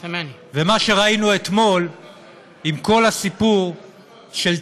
ומה שראינו אתמול עם כל הסיפור של טבע,